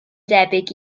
debyg